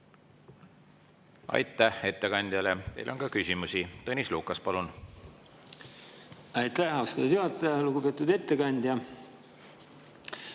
Aitäh ettekandjale! Teile on ka küsimusi. Tõnis Lukas, palun! Aitäh, austatud juhataja! Lugupeetud ettekandja!